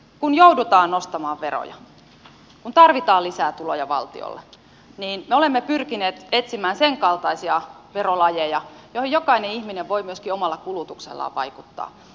kun joudutaan nostamaan veroja kun tarvitaan lisää tuloja valtiolle niin me olemme pyrkineet etsimään sen kaltaisia verolajeja joihin jokainen ihminen voi myöskin omalla kulutuksellaan vaikuttaa